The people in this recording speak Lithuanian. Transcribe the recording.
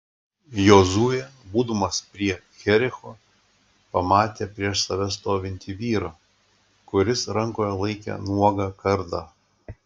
jozuė būdamas prie jericho pamatė prieš save stovintį vyrą kuris rankoje laikė nuogą kardą